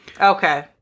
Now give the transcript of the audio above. Okay